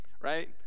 right